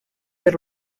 per